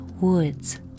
woods